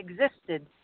existed